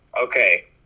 okay